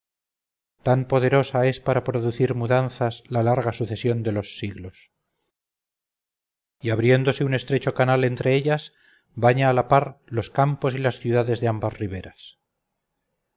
tan poderosa es para producir mudanzas la larga sucesión de los siglos y abriéndose un estrecho canal entre ellas baña a la par los campos y las ciudades de ambas riberas